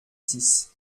six